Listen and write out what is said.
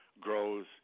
grows